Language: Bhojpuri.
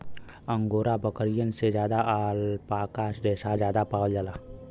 अंगोरा बकरियन से अल्पाका रेसा जादा पावल जाला